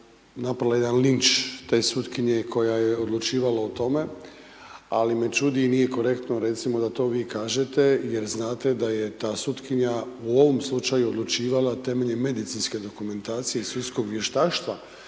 napala jedan linč te sutkinje koja je odlučivala o tome. Ali, me čudi i nije korektno recimo da to vi kažete, jer znate da je ta sutkinja u ovom slučaju odlučivala temeljem medicinske dokumentacije i sudskog vještaštva,